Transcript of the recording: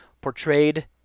portrayed